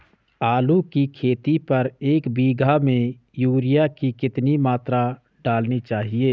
आलू की खेती पर एक बीघा में यूरिया की कितनी मात्रा डालनी चाहिए?